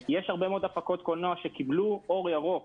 יש הרבה מאוד הפקות קולנוע שקיבלו אור שירוק